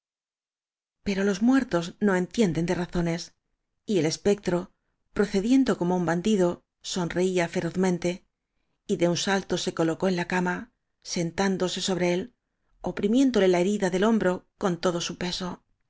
pero los muertos no entienden de razones y el espectro procediendo como un bandido sonreía ferozmente y de un salto se colocó en la cama sentándose sobre él oprimiéndole la herida del hombro con todo su peso